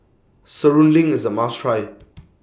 Serunding IS A must Try